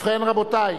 ובכן, רבותי,